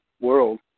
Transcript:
world